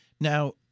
Now